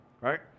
Right